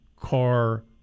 car